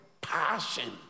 passion